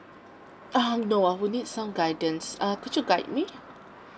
um no I would need some guidance err could you guide me